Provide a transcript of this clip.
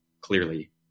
clearly